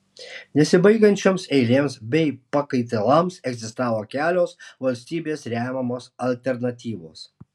nesibaigiančioms eilėms bei pakaitalams egzistavo kelios valstybės remiamos alternatyvos